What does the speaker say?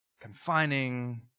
confining